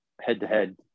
head-to-head